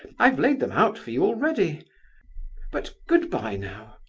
i've laid them out for you already but good-bye, now.